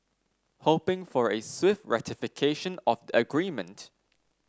hoping for a swift ratification of the agreement